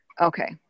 Okay